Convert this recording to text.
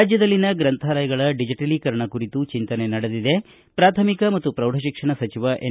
ರಾಜ್ಯದಲ್ಲಿನ ಗ್ರಂಥಾಲಯಗಳ ಡಿಜೆಟಲೀಕರಣ ಕುರಿತು ಚಿಂತನೆ ನಡೆದಿದೆ ಪ್ರಾಥಮಿಕ ಹಾಗೂ ಪ್ರೌಢಶಿಕ್ಷಣ ಸಚಿವ ಎನ್